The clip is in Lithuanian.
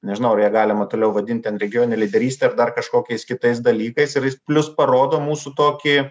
nežinau ar ją galima toliau vadint ten regionine lyderyste ar dar kažkokiais kitais dalykais ir plius parodo mūsų tokį